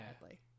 badly